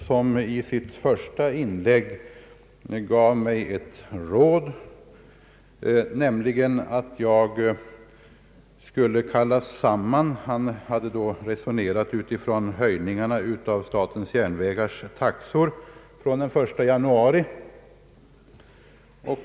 I sitt första inlägg gav herr Strandberg mig rådet att jag snarast skulle sammankalla — förutom mig själv — generaldirektören för SJ, luftfartsverkets chef och några ytterligare.